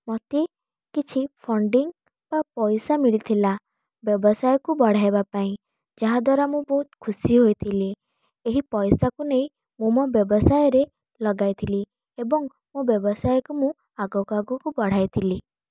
ମୋତେ କିଛି ଫଣ୍ଡିଙ୍ଗ ବା ପଇସା ମିଳିଥିଲା ବ୍ୟବସାୟକୁ ବଢ଼ାଇବା ପାଇଁ ଯାହା ଦ୍ଵାରା ମୁଁ ବହୁତ ଖୁସି ହେଇଥିଲି ଏହି ପଇସାକୁ ନେଇ ମୁଁ ମୋ ବ୍ୟବସାୟରେ ଲଗାଇଥିଲି ଏବଂ ମୋ ବ୍ୟବସାୟକୁ ମୁଁ ଆଗକୁ ଆଗକୁ ବଢ଼ାଇ ଥିଲି